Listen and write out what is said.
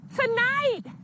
tonight